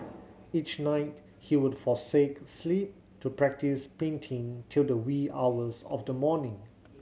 each night he would forsake sleep to practise painting till the wee hours of the morning